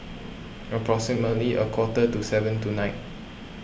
approximately a quarter to seven tonight